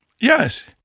Yes